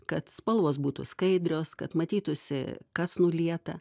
kad spalvos būtų skaidrios kad matytųsi kas nulieta